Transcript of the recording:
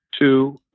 Two